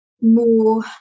more